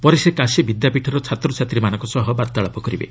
ପରେ ସେ କାଶୀ ବିଦ୍ୟାପୀଠର ଛାତ୍ରଛାତ୍ରୀମାନଙ୍କ ସହ ବାର୍ତ୍ତାଳାପ କରିବେ